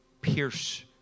pierce